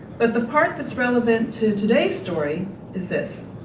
but the part that's relevant to today's story is this.